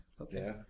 Okay